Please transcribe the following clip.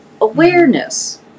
awareness